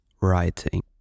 writing